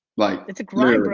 like it's a grind, bro.